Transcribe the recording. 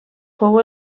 fou